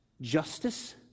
justice